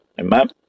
Amen